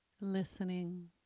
listening